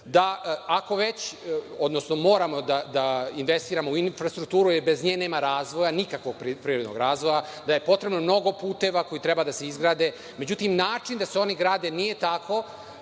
duboko pogrešna. Moramo da investiramo u infrastrukturu jer bez nje nema razvoja, nikakvog privrednog razvoja, potrebno je mnogo puteva koji treba da se izgrade, međutim način da se oni grade nije takav